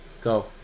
Go